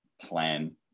plan